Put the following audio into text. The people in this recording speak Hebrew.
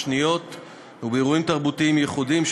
ישראל באירוע ההקפות השניות ובאירועים תרבותיים ייחודיים.